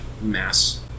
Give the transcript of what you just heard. mass